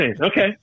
okay